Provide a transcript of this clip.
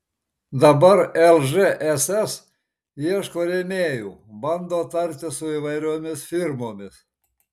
dabar lžss ieško rėmėjų bando tartis su įvairiomis firmomis